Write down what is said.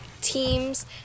teams